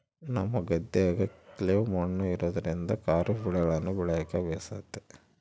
ನಮ್ಮ ಗದ್ದೆಗ ಕ್ಲೇ ಮಣ್ಣು ಇರೋದ್ರಿಂದ ಖಾರಿಫ್ ಬೆಳೆಗಳನ್ನ ಬೆಳೆಕ ಬೇಸತೆ